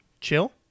chill